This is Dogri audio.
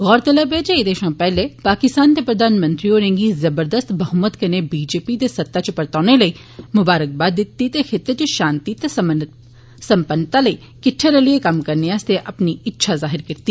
गौरतलब ऐ जे एह्दे शा पैहले पाकिस्तान दे प्रघानमंत्री होरें गी जबरदस्त बहुमत कन्नै बीजेपी दे सत्ता च परतोने लेई मुबारखबाद दित्ती ही ते खित्ते च शांति ते सम्पनता लेई कट्ठे रलियै कम्म करने आस्तै अपनी इच्छा जाहर कीती